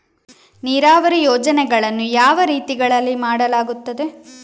ನೀರಾವರಿ ಯೋಜನೆಗಳನ್ನು ಯಾವ ರೀತಿಗಳಲ್ಲಿ ಮಾಡಲಾಗುತ್ತದೆ?